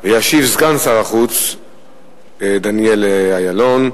ישיב סגן שר החוץ דניאל אילון.